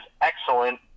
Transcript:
excellent